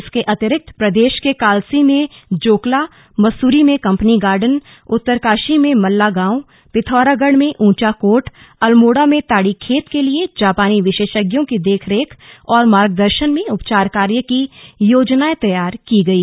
इसके अतिरिक्त प्रदेश के कालसी में जोकला मसूरी में कम्पनी गार्डन उत्तरकाशी में मल्ला गांव पिथौरागढ़ में ऊंचाकोट अल्मोड़ा में ताड़ीखेत के लिए जापानी विशेषज्ञों की देख रेख और मार्गदर्शन में उपचार कार्य की योजनाए तैयार की गई है